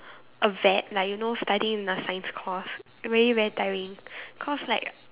a vet like you know studying in a science course really very tiring cause like